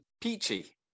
peachy